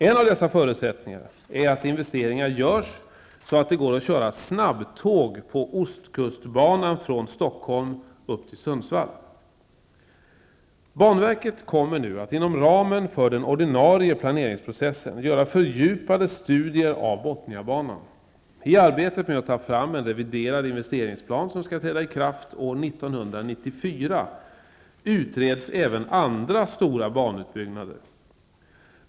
En av dessa förutsättningar är att investeringar görs så att det går att köra snabbtåg på ostkustbanan från Stockholm upp till Banverket kommer nu att inom ramen för den ordinarie planeringsprocessen göra fördjupade studier av Bothniabanan. I arbetet med att ta fram en reviderad investeringsplan som skall träda i kraft år 1994 utreds även andra stora banutbyggnader.